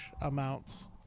amounts